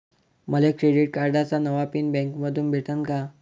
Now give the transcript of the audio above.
मले क्रेडिट कार्डाचा नवा पिन बँकेमंधून भेटन का?